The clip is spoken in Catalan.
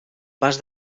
pas